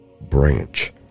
Branch